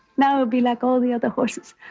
now would be like all the other horses,